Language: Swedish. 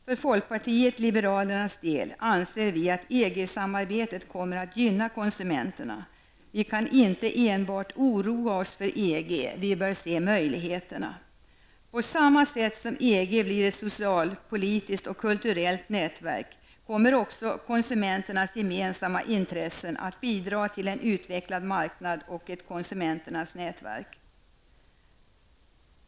För folkpartiet liberalernas del anser vi att EG samarbetet kommer att gynna konsumenterna. Vi kan inte enbart oroa oss för EG. Vi bör se möjligheterna. På samma sätt som EG blir ett socialpolitiskt kulturellt nätverk kommer också konsumenternas gemensamma intressen att bidra till en utvecklad marknad och en konsumenternas nätverk.